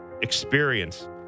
experience